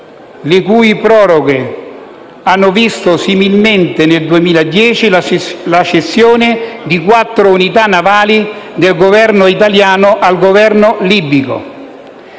le cui proroghe hanno visto similmente nel 2010 la cessione di quattro unità navali dal Governo italiano al Governo libico.